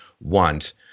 want